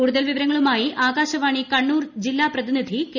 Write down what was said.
കൂടുതൽ വിവരങ്ങളുമായി ആകാശവാണി കണ്ണൂർ ജില്ലാ പ്രതിനിധി കെ